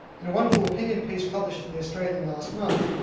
in a wonderful opinion piece published in the australian last month,